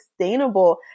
sustainable